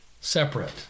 separate